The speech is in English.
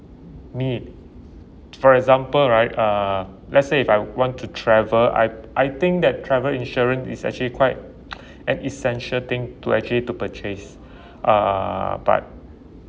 need for example right uh let's say if I want to travel I I think that travel insurance is actually quite an essential thing to actually to purchase uh but